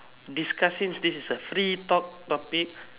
discuss since this is a free talk topic